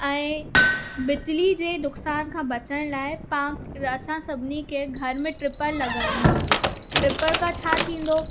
ऐं बिजली जे नुक़सान खां बचण लाइ असां सभिनी खे घर में ट्रिपल लॻाइणु घुरिजे ट्रिपल खां छा थींदो